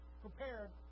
prepared